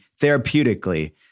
therapeutically